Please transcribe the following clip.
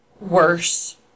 worse